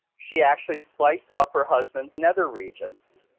she actually sliced off her husband's nether regions.